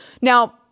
Now